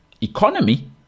economy